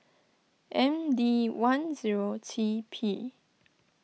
M D one zero T P